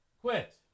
quit